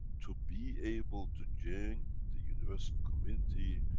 to be able to join the universal community,